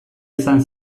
izan